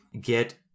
get